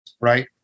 right